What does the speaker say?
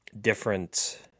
different